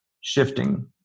shifting